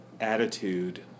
attitude